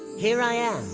here i am,